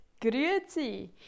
Grüezi